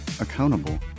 accountable